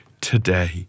today